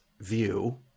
view